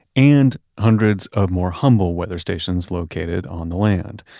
and hundreds of more humble weather stations located on the land.